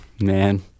man